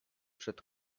przed